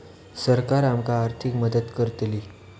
सरकार आमका आर्थिक मदत करतली?